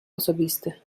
osobisty